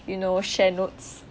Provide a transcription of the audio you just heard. you know share notes